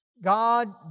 God